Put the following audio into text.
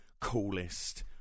coolest